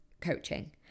coaching